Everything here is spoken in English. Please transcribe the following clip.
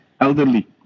elderly